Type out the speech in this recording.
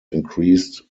increased